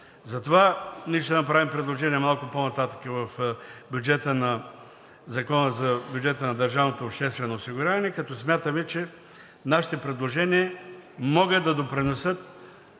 Затова ние ще направим предложение малко по нататък в Закона за бюджета на държавното обществено осигуряване, като смятаме, че нашите предложения могат да допринесат